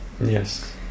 Yes